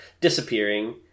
disappearing